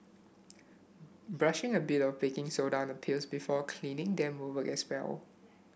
brushing a bit of baking soda on peels before cleaning them will work as well